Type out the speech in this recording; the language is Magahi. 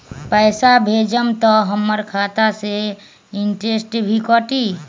पैसा भेजम त हमर खाता से इनटेशट भी कटी?